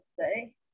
say